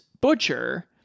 butcher